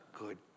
good